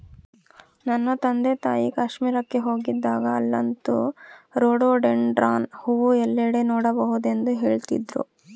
ನನ್ನ ತಂದೆತಾಯಿ ಕಾಶ್ಮೀರಕ್ಕೆ ಹೋಗಿದ್ದಾಗ ಅಲ್ಲಂತೂ ರೋಡೋಡೆಂಡ್ರಾನ್ ಹೂವು ಎಲ್ಲೆಡೆ ನೋಡಬಹುದೆಂದು ಹೇಳ್ತಿದ್ರು